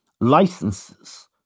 licenses